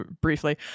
briefly